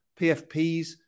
PFPs